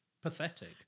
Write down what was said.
Pathetic